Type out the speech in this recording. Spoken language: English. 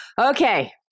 Okay